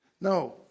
No